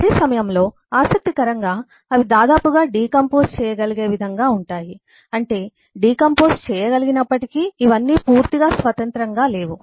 అదే సమయంలో ఆసక్తికరంగా అవి దాదాపుగా డికాంపొస్ చేయగలిగే విధంగా ఉంటాయి అంటే డికాంపొస్ చేయగలిగినప్పటికీ ఇవన్నీ పూర్తిగా స్వతంత్రంగా లేవు